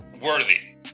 worthy